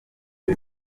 ibi